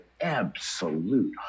absolute